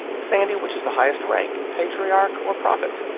sandy, which is the highest rank, patriarch or prophet?